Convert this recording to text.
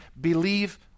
Believe